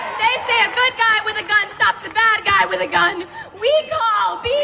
they say a good guy with a gun stops a bad guy with a gun we call bs